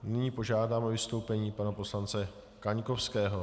Nyní požádám o vystoupení pana poslance Kaňkovského.